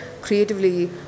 creatively